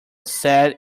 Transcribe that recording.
said